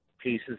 pieces